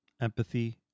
empathy